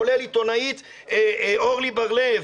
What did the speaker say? כולל עיתונאית אורלי בר לב.